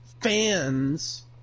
fans